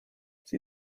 sie